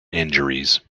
injuries